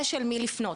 יש אל מי לפנות.